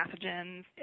pathogens